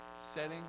setting